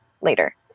later